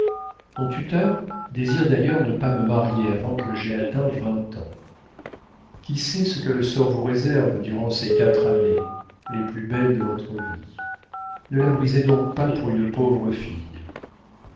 mon tuteur désire d'ailleurs ne pas me marier avant que j'aie atteint vingt ans qui sait ce que le sort vous réserve durant ces quatre années les plus belles de votre vie ne la brisez donc pas pour une pauvre fille